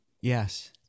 Yes